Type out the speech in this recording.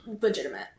legitimate